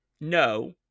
no